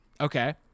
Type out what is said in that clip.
Okay